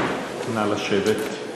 אדוני היושב-ראש,